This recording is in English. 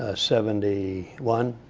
ah seventy one.